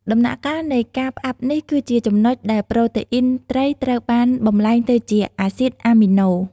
ដំណាក់កាល នៃការផ្អាប់នេះគឺជាចំណុចដែលប្រូតេអ៊ីនត្រីត្រូវបានបំប្លែងទៅជា អាស៊ីតអាមីណូ។